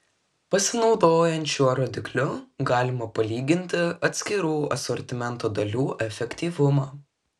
pasinaudojant šiuo rodikliu galima palyginti atskirų asortimento dalių efektyvumą